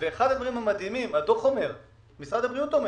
ואחד הדברים המדהימים, שמשרד הבריאות אומר